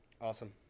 awesome